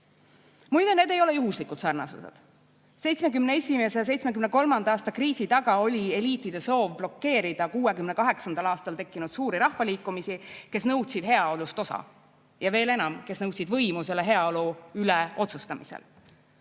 need ei ole juhuslikud sarnasused. 1971.–1973. aasta kriisi taga oli eliitide soov blokeerida 1968. aastal tekkinud suuri rahvaliikumisi, kes nõudsid heaolust osa ja veel enam, kes nõudsid võimu selle heaolu üle otsustamisel.